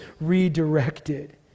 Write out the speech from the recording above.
redirected